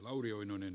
arvoisa puhemies